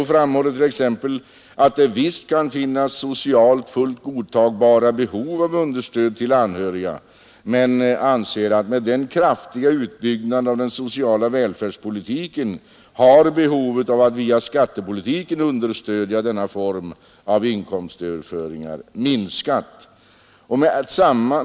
LO framhåller t.ex. att det visst kan finnas socialt fullt godtagbara behov av understöd till anhörig men anser att med den kraftiga utbyggnaden av den sociala välfärdspolitiken har behovet av att via skattepolitiken understödja denna form av inkomstöverföringar minskat.